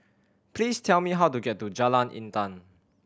please tell me how to get to Jalan Intan